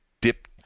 dip—